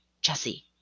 Jesse